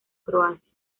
croacia